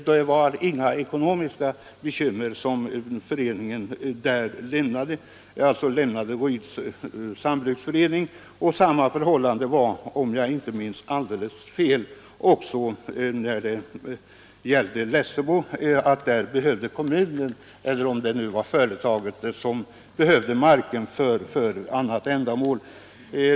Det var alltså inga ekonomiska bekymmer som gjorde att Ryds sambruksförening upphörde. Detsamma gällde, om jag inte minns alldeles fel, Lessebo. Där behövde kommunen — eller om det var företaget — marken för annat ändamål.